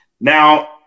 Now